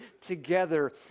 together